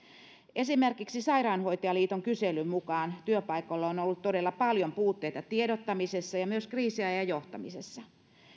esimerkiksi sairaanhoitajaliiton kyselyn mukaan työpaikoilla on on ollut todella paljon puutteita tiedottamisessa ja myös kriisiajan johtamisessa